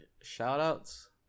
shout-outs